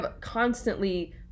constantly